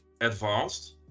advanced